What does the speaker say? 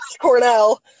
Cornell